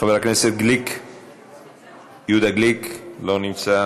חבר הכנסת יהודה גליק, אינו נוכח,